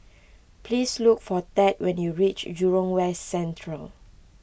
please look for Tad when you reach Jurong West Central